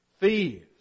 thieves